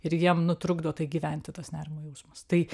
ir jiem nu trukdo tai gyventi tas nerimo jausmas tai